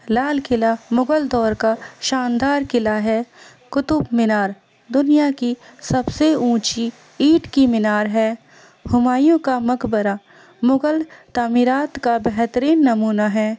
لال قلعہ مغل دور کا شاندار کلعہ ہے قطب مینار دنیا کی سب سے اونچی اینٹ کی مینار ہے ہمایوں کا مقبرہ مغل تعمیرات کا بہترین نمونہ ہے